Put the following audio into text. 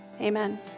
Amen